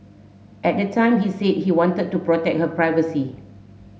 at the time he said he wanted to protect her privacy